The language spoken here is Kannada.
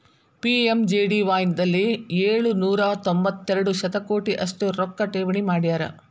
ಪಿ.ಎಮ್.ಜೆ.ಡಿ.ವಾಯ್ ದಲ್ಲಿ ಏಳು ನೂರ ತೊಂಬತ್ತೆರಡು ಶತಕೋಟಿ ಅಷ್ಟು ರೊಕ್ಕ ಠೇವಣಿ ಮಾಡ್ಯಾರ